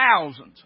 thousands